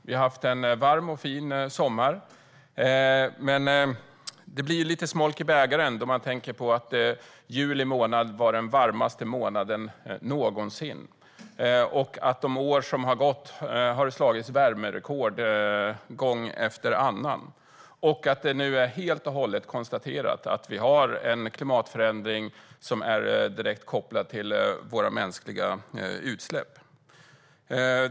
Vi har haft en varm och fin sommar, men det blir lite smolk i bägaren när man tänker på att juli var den varmaste månaden någonsin. Under senare år har det slagits värmerekord gång efter annan. Det är helt och hållet konstaterat att vi har en klimatförändring direkt kopplad till människans utsläpp.